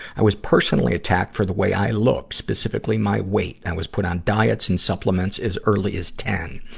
i was personally attacked for the way i looked, specifically my weight. i was put on diets and supplements as early as ten.